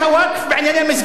בענייני מסגדים,